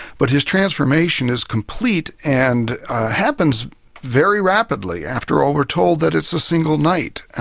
but his transformation is complete and happens very rapidly. after all, we're told that it's a single night.